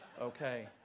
okay